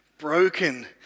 broken